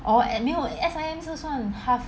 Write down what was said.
orh and 没有 S_I_M 是算 half